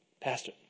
pastor